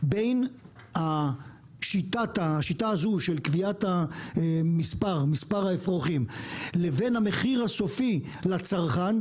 בין השיטה הזו של קביעת מספר האפרוחים לבין המחיר הסופי לצרכן,